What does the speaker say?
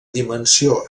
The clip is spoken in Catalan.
dimensió